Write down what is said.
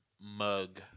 mug